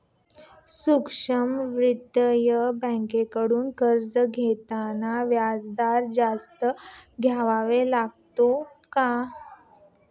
सूक्ष्म वित्तीय बँकांकडून कर्ज घेताना व्याजदर जास्त द्यावा लागतो का?